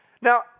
Now